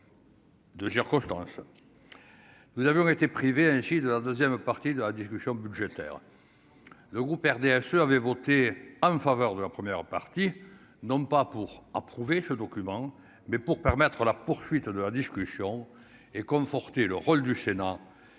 jours confidence : nous avons été privés, ainsi de la 2ème partie de la discussion budgétaire, le groupe RDSE avait voté en faveur de la première partie, non pas pour approuver ce document mais pour permettre la poursuite de la discussion et conforter le rôle du Sénat